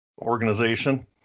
organization